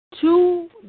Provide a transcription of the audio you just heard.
two